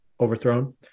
overthrown